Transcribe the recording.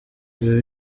ibi